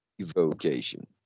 evocation